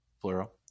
plural